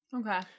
Okay